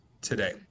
today